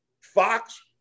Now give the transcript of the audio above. Fox